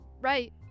Right